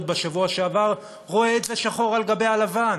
בשבוע שעבר רואה את זה שחור על גבי לבן.